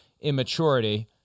immaturity